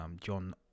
John